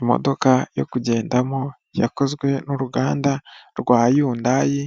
Imodoka yo kugendamo yakozwe n'uruganda rwa yundayi